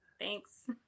Thanks